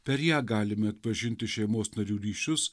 per ją galime atpažinti šeimos narių ryšius